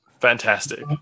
Fantastic